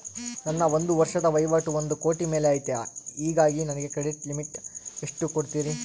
ನನ್ನ ಒಂದು ವರ್ಷದ ವಹಿವಾಟು ಒಂದು ಕೋಟಿ ಮೇಲೆ ಐತೆ ಹೇಗಾಗಿ ನನಗೆ ಕ್ರೆಡಿಟ್ ಲಿಮಿಟ್ ಎಷ್ಟು ಕೊಡ್ತೇರಿ?